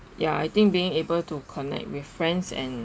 ya I think being able to connect with friends and